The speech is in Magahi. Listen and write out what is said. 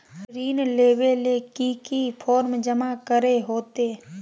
ऋण लेबे ले की की फॉर्म जमा करे होते?